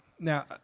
Now